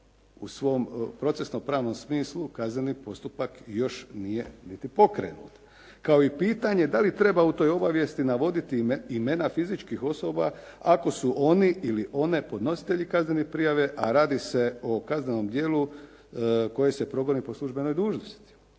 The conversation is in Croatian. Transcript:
u svom procesno pravnom smislu kazneni postupak još nije niti pokrenut kao i pitanje da li treba u toj obavijesti navoditi imena fizičkih osoba ako su oni ili one podnositelji kaznene prijave, a radi se o kaznenom djelu koje se progoni po službenoj dužnosti,